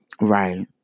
right